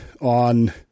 on